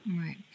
Right